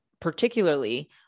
particularly